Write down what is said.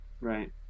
right